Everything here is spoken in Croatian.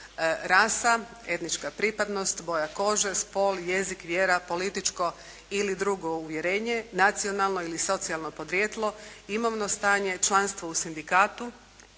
rasa, etnička pripadnost, boja kože, spol, jezik, vjera, političko ili drugo uvjerenje, nacionalno ili socijalno podrijetlo, imovno stanje, članstvo u sindikatu,